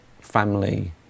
family